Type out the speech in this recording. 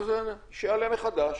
אז שיעלה מחדש.